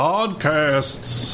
Podcasts